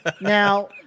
Now